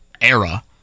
era